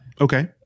okay